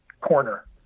corner